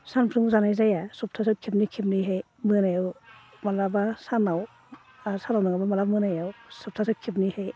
सानफ्रोमबो जानाय जाया सफ्थासेयाव खेबनै खेबनैहाय मोनायाव माब्लाबा सानाव आरो सानाव नङाब्ला माब्लाबा मोनायाव सफ्थासेयाव खेबनैहाय